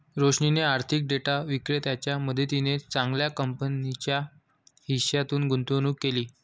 रोशनीने आर्थिक डेटा विक्रेत्याच्या मदतीने चांगल्या कंपनीच्या हिश्श्यात गुंतवणूक केली